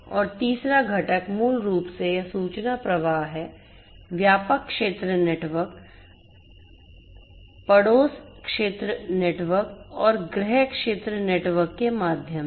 और तीसरा घटक मूल रूप से यह सूचना प्रवाह है व्यापक क्षेत्र नेटवर्क पड़ोस क्षेत्र नेटवर्क और गृह क्षेत्र नेटवर्क के माध्यम से